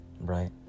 right